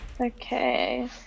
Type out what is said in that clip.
Okay